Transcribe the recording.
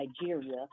Nigeria